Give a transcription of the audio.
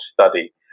study